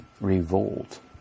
revolt